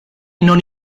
non